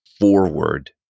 forward